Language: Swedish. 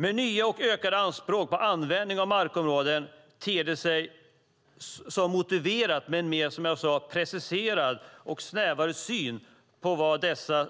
Med nya och ökade anspråk på användning av markområden ter det sig som motiverat med en mer, som jag sade, preciserad och snävare syn på vad som i dessa